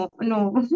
No